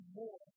more